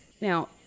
Now